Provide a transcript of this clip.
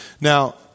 Now